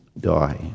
die